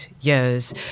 years